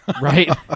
Right